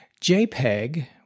JPEG